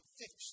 fix